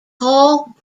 paul